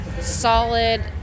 solid